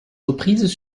reprises